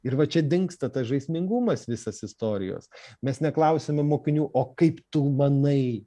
ir va čia dingsta tas žaismingumas visas istorijos mes neklausiame mokinių o kaip tu manai